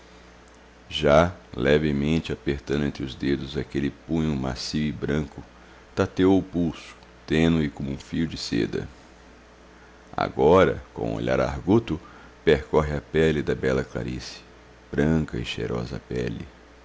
já levemente apertando entre os dedos aquele punho macio e branco tateou o pulso tênue como um fio de seda agora com o olhar arguto percorre a pele da bela clarice branca e cheirosa pele